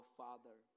father